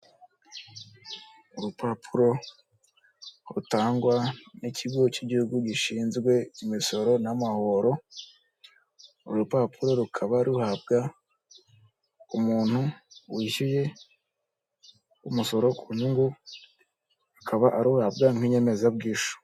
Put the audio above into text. Urupapuro rutangwa n'ikigo cy'igihugu gishinzwe imisoro n'amahoro, urupapuro rukaba ruhabwa umuntu wishyuye umusoro ku nyungu akaba aruhabwa n'inyemezabwishyu.